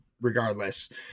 regardless